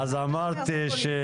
חברת הכנסת רוזין, בדיוק דיברתי עלייך.